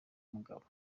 mugabo